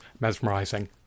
mesmerizing